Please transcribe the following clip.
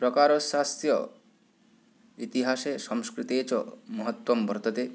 प्रकारस्यास्य इतिहासे संस्कृते च महत्त्वं वर्तते